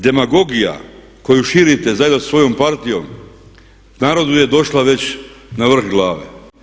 Demagogija koju širite zajedno sa svojom partijom narodu je došla već na vrh glave.